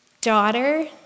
daughter